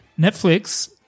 Netflix